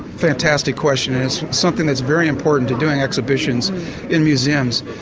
fantastic question. it's something that's very important to do in exhibitions in museums.